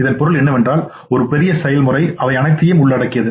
இதன் பொருள் என்னவென்றால் ஒரு பெரிய செயல்முறை அவை அனைத்தையும் உள்ளடக்கியது